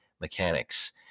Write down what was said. mechanics